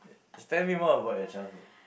tell me more about your childhood